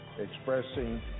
expressing